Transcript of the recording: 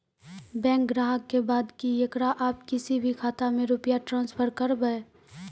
Bank ग्राहक के बात की येकरा आप किसी भी खाता मे रुपिया ट्रांसफर करबऽ?